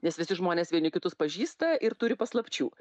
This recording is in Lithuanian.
nes visi žmonės vieni kitus pažįsta ir turi paslapčių